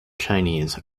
chinese